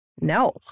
No